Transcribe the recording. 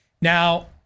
Now